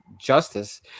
justice